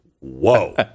whoa